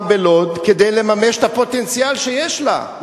בלוד כדי לממש את הפוטנציאל שיש לה.